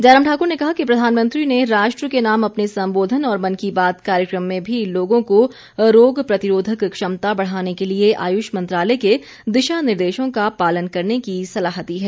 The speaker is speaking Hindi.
जयराम ठाक्र ने कहा कि प्रधानमंत्री ने राष्ट्र के नाम अपने संबोधन और मन की बात कार्यक्रम में भी लोगों को रोग प्रतिरोधक क्षमता बढ़ाने के लिए आयुष मंत्रालय के दिशा निर्देशों का पालन करने की सलाह दी है